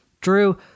Drew